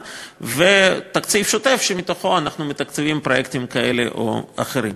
לבין התקציב השוטף שמתוכו אנחנו מתקצבים פרויקטים כאלה או אחרים.